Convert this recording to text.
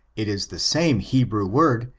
it is the same hebrew word,